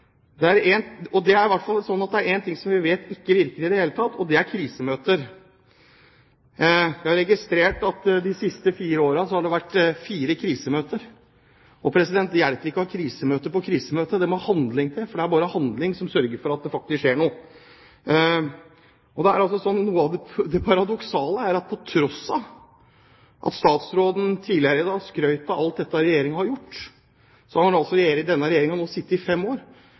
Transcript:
forslag om en investeringsramme på 6,8 milliarder kr utover Regjeringens ramme, men ble dessverre nedstemt. Det er én ting som vi vet ikke virker i det hele tatt, og det er krisemøter. Jeg har registrert at det de siste fire årene har vært fire krisemøter. Men det hjelper ikke å ha krisemøte på krisemøte, det må handling til, for det er bare handling som sørger for at det faktisk skjer noe. Statsråden skrøt tidligere i dag av alt Regjeringen har gjort, men denne regjeringen har nå sittet i fem år,